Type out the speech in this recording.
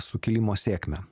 sukilimo sėkmę